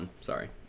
Sorry